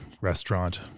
restaurant